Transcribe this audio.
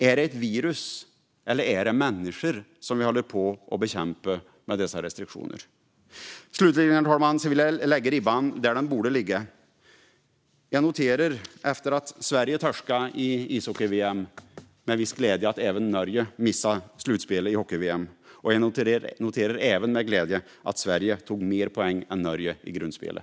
Är det ett virus eller är det människor som vi håller på att bekämpa med dessa restriktioner? Slutligen, herr talman, vill jag lägga ribban där den borde ligga. Jag noterar efter att Sverige torskade i ishockey-VM med viss glädje att även Norge missade slutspelet. Jag noterar även med glädje att Sverige tog fler poäng än Norge i grundspelet.